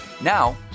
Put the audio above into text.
now